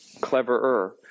cleverer